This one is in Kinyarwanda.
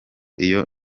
iyo